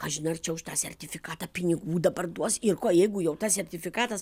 kažin ar čia už tą sertifikatą pinigų dabar duos ir ko jeigu jau tas sertifikatas